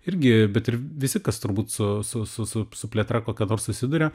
irgi bet ir visi kas turbūt su su su su su plėtra kokia nors susiduria